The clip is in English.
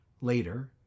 later